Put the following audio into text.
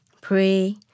pray